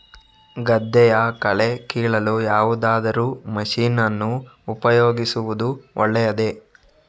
ಗದ್ದೆಯ ಕಳೆ ಕೀಳಲು ಯಾವುದಾದರೂ ಮಷೀನ್ ಅನ್ನು ಉಪಯೋಗಿಸುವುದು ಒಳ್ಳೆಯದೇ?